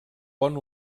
bon